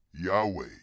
Yahweh